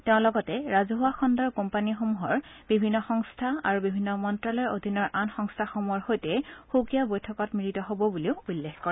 তেওঁ লগতে ৰাজহুৱা খণ্ডৰ কোম্পানীসমূহৰ বিভিন্ন সংস্থা আৰু বিভিন্ন মন্ত্ৰালয়ৰ অধীনৰ আন সংস্থাসমূহৰ সৈতে সুকীয়া বৈঠকত মিলিত হব বুলিও উল্লেখ কৰে